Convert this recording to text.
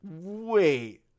wait